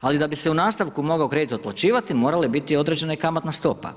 ali da bi se u nastavku mogao kredit otplaćivati, morala je biti određena i kamatna stopa.